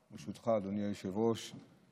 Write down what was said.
ממש בימים אלו אושר התכנון של הקמת תחנת רכבת חדשה,